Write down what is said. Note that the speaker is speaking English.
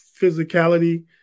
physicality